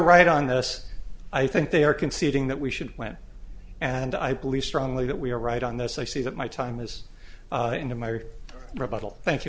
right on this i think they are conceding that we should win and i believe strongly that we are right on this i see that my time is in my rebuttal thank you